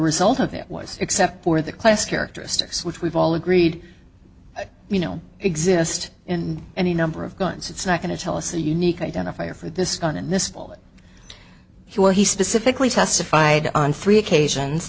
result of it was except for the class characteristics which we've all agreed you know exist in any number of guns it's not going to tell us a unique identifier for this gun in this he well he specifically testified on three occasions